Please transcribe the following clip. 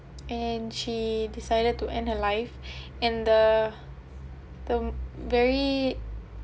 and she decided to end her life and the the very